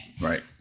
Right